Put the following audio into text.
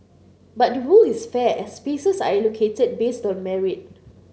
but the rule is fair as spaces are allocated based on merit